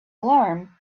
alarm